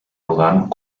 rodant